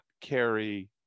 carry